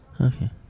Okay